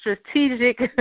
strategic